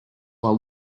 while